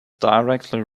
directly